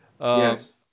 Yes